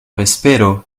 vespero